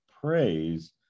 praise